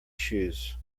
shoes